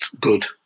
good